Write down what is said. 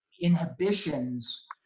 inhibitions